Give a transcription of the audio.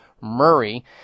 Murray